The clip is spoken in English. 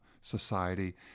society